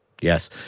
Yes